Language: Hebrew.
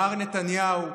מר נתניהו,